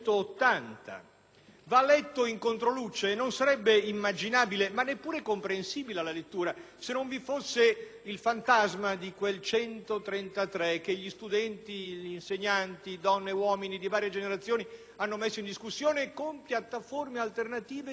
va letto in controluce. Esso non sarebbe immaginabile, ma neppure chiaro alla lettura, se non vi fosse il fantasma di quella legge n. 133, che studenti e insegnanti, donne e uomini di varie generazioni, hanno messo in discussione con piattaforme alternative, tutt'altro che